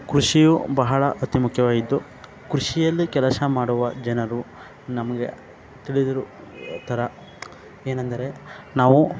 ಕೃಷಿಯು ಬಹಳ ಅತಿ ಮುಖ್ಯವಾಗಿದ್ದು ಕೃಷಿಯಲ್ಲಿ ಕೆಲಸ ಮಾಡುವ ಜನರು ನಮಗೆ ತಿಳಿದಿರೊ ಥರ ಏನಂದರೆ ನಾವು